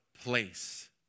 place